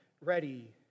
ready